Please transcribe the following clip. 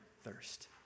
thirst